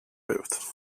booth